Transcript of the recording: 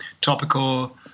topical